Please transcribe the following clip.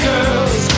Girls